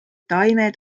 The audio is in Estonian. taimed